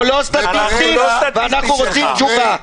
אנחנו רוצים תשובה.